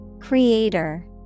Creator